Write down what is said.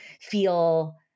feel